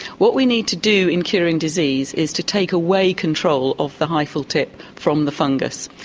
what we need to do in curing disease is to take away control of the hyphal tip from the fungus.